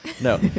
No